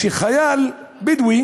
כשחייל בדואי